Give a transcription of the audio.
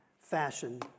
fashion